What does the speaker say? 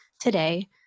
today